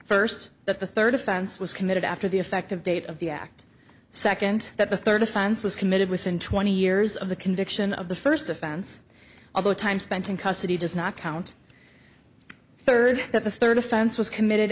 first that the third offense was committed after the effective date of the act second that the third offense was committed within twenty years of the conviction of the first offense all the time spent in custody does not count third that the third offense was committed